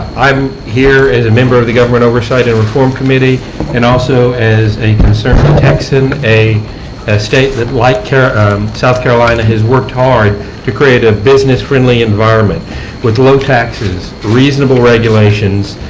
i am here as a member of the government oversight and reform committee and also as a concerned texan, a state that, like south carolina, has worked hard to create a business-friendly environment with low taxes, reasonable regulations,